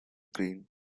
green